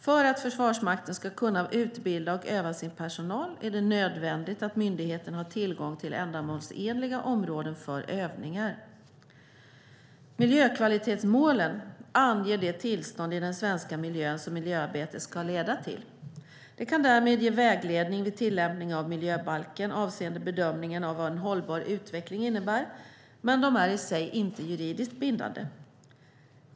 För att Försvarsmakten ska kunna utbilda och öva sin personal är det nödvändigt att myndigheten har tillgång till ändamålsenliga områden för övningar. Miljökvalitetsmålen anger det tillstånd i den svenska miljön som miljöarbetet ska leda till. De kan därmed ge vägledning vid tillämpningen av miljöbalken avseende bedömningen av vad en hållbar utveckling innebär, men de är i sig inte juridiskt bindande.